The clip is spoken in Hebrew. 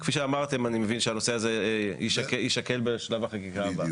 כפי שאמרתם אני מבין שהנושא הזה יישקל בשלב החקיקה הבא.